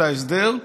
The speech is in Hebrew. את ההסדר,